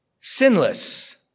sinless